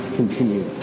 continue